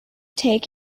take